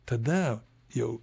tada jau